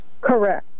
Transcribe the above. Correct